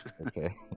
Okay